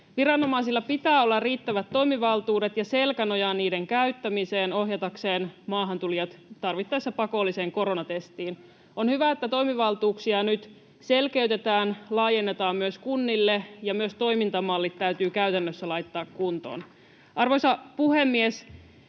Viranomaisilla pitää olla riittävät toimivaltuudet ja selkänoja niiden käyttämiseen ohjatakseen maahantulijat tarvittaessa pakolliseen koronatestiin. On hyvä, että toimivaltuuksia nyt selkeytetään, laajennetaan myös kunnille, ja myös toimintamallit täytyy käytännössä laittaa kuntoon. Arvoisa puhemies!